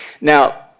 Now